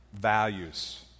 values